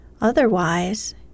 Otherwise